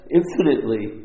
infinitely